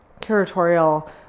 curatorial